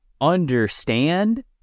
understand